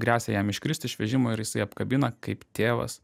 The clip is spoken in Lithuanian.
gresia jam iškrist iš vežimo ir jisai apkabina kaip tėvas